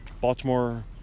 Baltimore